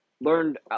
learned